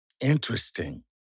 Interesting